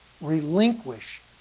relinquish